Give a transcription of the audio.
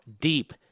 deep